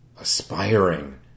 Aspiring